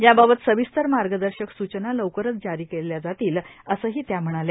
याबाबत सविस्तर मार्गदर्शक सूचना लवकरच जारी केल्या जातील असंही त्या म्हणाल्या